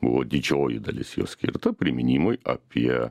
buvo didžioji dalis jo skirta priminimui apie